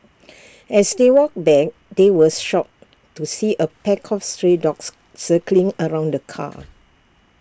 as they walked back they was shocked to see A pack of stray dogs circling around the car